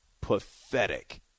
pathetic